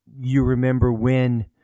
you-remember-when